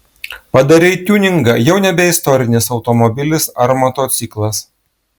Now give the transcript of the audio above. padarei tiuningą jau nebe istorinis automobilis ar motociklas